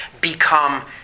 become